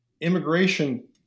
immigration